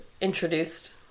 introduced